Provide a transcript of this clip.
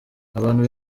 abantu